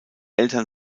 eltern